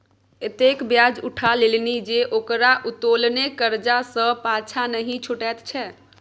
एतेक ब्याज उठा लेलनि जे ओकरा उत्तोलने करजा सँ पाँछा नहि छुटैत छै